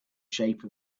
shape